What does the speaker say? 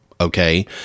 Okay